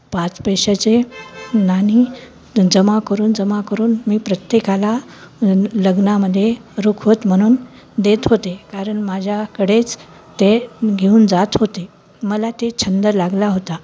पाच पैशाचे नाणी जमा करून जमा करून मी प्रत्येकाला लग्नामध्ये रुखवत म्हणून देत होते कारण माझ्याकडेच ते घेऊन जात होते मला ते छंद लागला होता